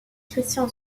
christian